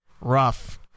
rough